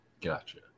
Gotcha